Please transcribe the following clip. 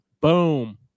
Boom